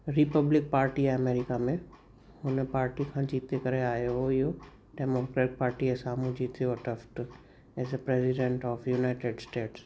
Republic party आहे America में हुन पार्टी खां जीते करे आहियो हुओ इहो टई मो पिया पार्टी जे साम्हूं जिते हुओ Taft as a president of United status